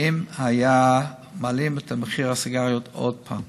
אם היו מעלים את מחיר הסיגריות עוד פעם.